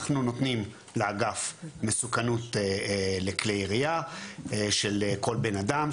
אנחנו נותנים לאגף מסוכנות לכלי ירייה של כל בן אדם,